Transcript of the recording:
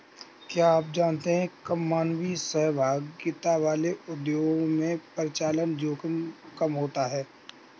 क्या आप जानते है कम मानवीय सहभागिता वाले उद्योगों में परिचालन जोखिम कम होता है?